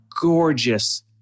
gorgeous